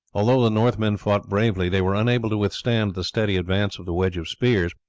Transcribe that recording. although the northmen fought bravely they were unable to withstand the steady advance of the wedge of spears,